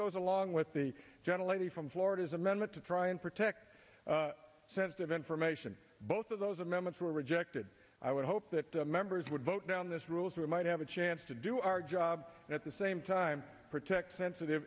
goes along with the gentle lady from florida's amendment to try and protect sensitive information both of those amendments were rejected i would hope that members would vote down this rules we might have a chance to do our job at the same time protect sensitive